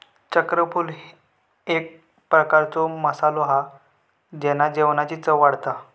चक्रफूल एक प्रकारचो मसालो हा जेना जेवणाची चव वाढता